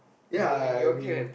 ya I mean